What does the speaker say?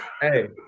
Hey